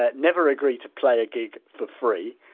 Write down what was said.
ah never agree to play a gig for free,